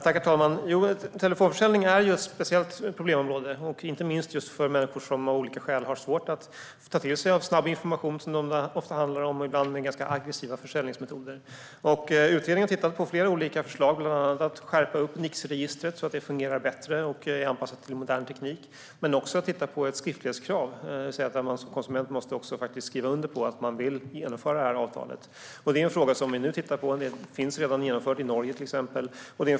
Herr talman! Telefonförsäljning är ett speciellt problemområde, inte minst för människor som av olika skäl har svårt att ta till sig snabb information, som det ofta handlar om, och ibland med ganska aggressiva försäljningsmetoder. Utredningen har tittat på flera olika förslag, bland annat att skärpa upp Nix-registret så att det fungerar bättre och anpassas till modern teknik men också att titta på ett skriftlighetskrav, det vill säga att man som konsument måste skriva under på att man vill genomföra ett avtal. Detta är redan genomfört i Norge, till exempel.